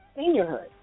seniorhood